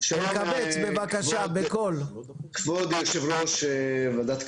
שלום לכבוד יושב-ראש הוועדה,